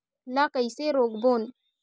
ला कइसे रोक बोन?